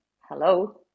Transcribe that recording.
Hello